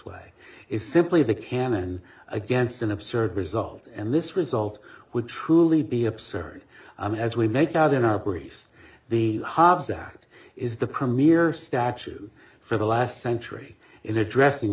way is simply the canon against an absurd result and this result would truly be absurd as we make out in upper east the habs that is the premier statue for the last century in addressing